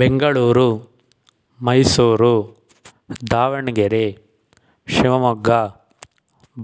Bengaluru Mysuru Davanagere Shivamogga